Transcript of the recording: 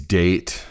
date